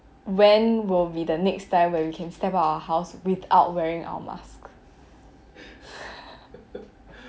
when will be the next time when we can step out of our house without wearing our mask